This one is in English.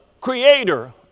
Creator